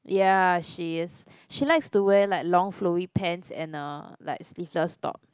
ya she is she likes to wear like long flowy pants and uh like sleeveless top